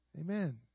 Amen